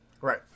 Right